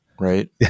Right